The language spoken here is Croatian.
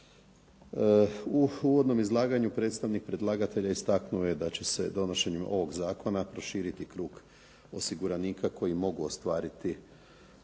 U uvodnom izlaganju predstavnik predlagatelja istaknuo je da će se donošenjem ovog zakona proširiti krug osiguranika koji mogu ostvariti